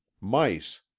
Mice